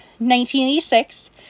1986